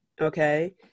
okay